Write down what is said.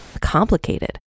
complicated